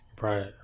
right